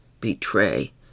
betray